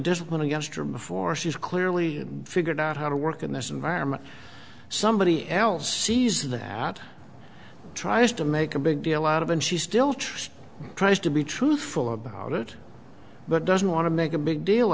discipline against her before she's clearly figured out how to work in this environment somebody else sees that tries to make a big deal out of and she still tries tries to be truthful about it but doesn't want to make a big deal